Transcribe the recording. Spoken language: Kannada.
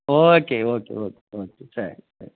ಓಕೆ ಓಕೆ ಓಕೆ ಓಕೆ ಸರಿ ಸರಿ